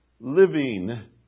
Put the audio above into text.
living